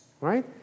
right